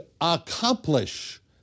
accomplish